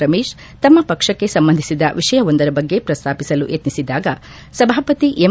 ರಮೇಶ್ ತಮ್ನ ಪಕ್ಷಕ್ಕೆ ಸಂಬಂಧಿಸಿದ ವಿಷಯವೊಂದರ ಬಗ್ಗೆ ಪ್ರಸ್ತಾಪಿಸಲು ಯತ್ನಿಸಿದಾಗ ಸಭಾಪತಿ ಎಂ